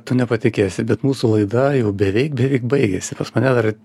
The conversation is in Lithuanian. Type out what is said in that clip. tu nepatikėsi bet mūsų laida jau beveik beveik baigėsi pas mane dar